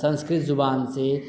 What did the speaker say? سنسکرت زبان سے